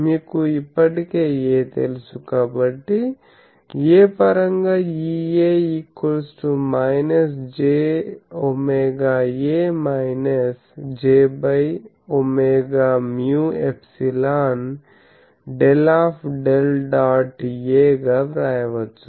మీకు ఇప్పటికే A తెలుసు కాబట్టి A పరంగా EA jwA jwμ∊ ∇∇ dot A గా వ్రాయవచ్చు